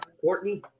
Courtney